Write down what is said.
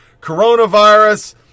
coronavirus